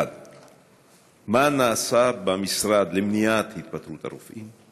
1. מה נעשה במשרד למניעת התפטרות הרופאים?